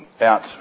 out